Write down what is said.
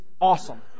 awesome